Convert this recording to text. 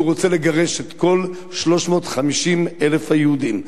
כי הוא רוצה לגרש את כל 350,000 היהודים,